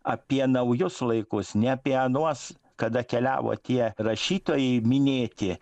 apie naujus laikus ne apie anuos kada keliavo tie rašytojai minėti